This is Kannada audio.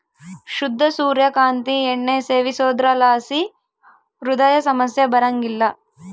ಶುದ್ಧ ಸೂರ್ಯ ಕಾಂತಿ ಎಣ್ಣೆ ಸೇವಿಸೋದ್ರಲಾಸಿ ಹೃದಯ ಸಮಸ್ಯೆ ಬರಂಗಿಲ್ಲ